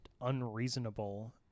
unreasonable